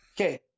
Okay